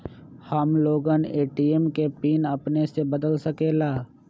हम लोगन ए.टी.एम के पिन अपने से बदल सकेला?